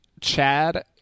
Chad